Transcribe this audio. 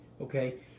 okay